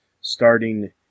starting